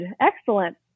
Excellent